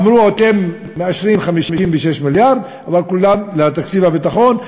אמרו: אתם מאשרים 56 מיליארד לתקציב הביטחון,